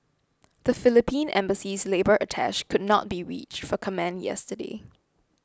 the Philippine Embassy's labour attach could not be reached for comment yesterday